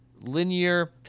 linear